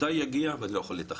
מתי הוא יגיע ואני לא יכול לתכנן.